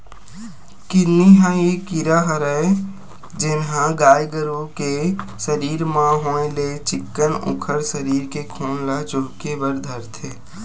किन्नी ह ये कीरा हरय जेनहा गाय गरु के सरीर म होय ले चिक्कन उखर सरीर के खून ल चुहके बर धरथे